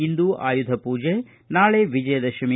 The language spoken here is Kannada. ಇಂದು ಆಯುಧ ಪೂಜೆ ನಾಳೆ ವಿಜಯದಶಮಿ